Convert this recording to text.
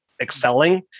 excelling